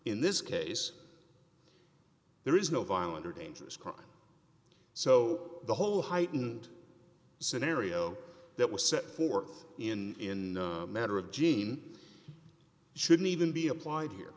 in this case there is no violence or dangerous crime so the whole heightened scenario that was set forth in a matter of gene shouldn't even be applied here